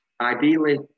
Ideally